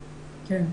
כן.